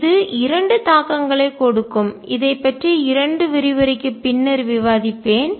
இது இரண்டு தாக்கங்களை கொடுக்கும் இதைப்பற்றி இரண்டு விரிவுரை க்கு பின்னர் விவாதிப்பேன்